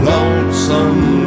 Lonesome